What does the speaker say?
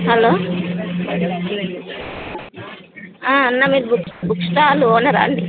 hello అన్న మీరు book book stall ఓనరా అండి